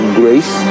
grace